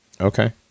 Okay